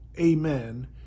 amen